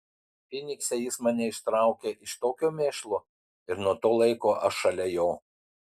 fynikse jis mane ištraukė iš tokio mėšlo ir nuo to laiko aš šalia jo